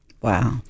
Wow